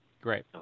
Great